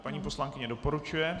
Paní poslankyně doporučuje.